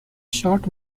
shot